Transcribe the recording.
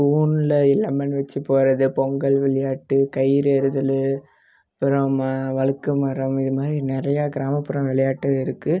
ஸ்பூனில் லெமன் வைச்சு போவது பொங்கல் விளையாட்டு கயிறு எறிதல் அப்புறம் வழுக்கு மரம் இது மாதிரி கிராமப்புறம் விளையாட்டு இருக்குது